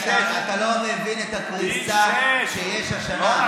כי אתה לא מבין את הקריסה שיש השנה.